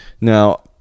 Now